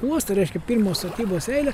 uostą reiškia pirmos statybos eilę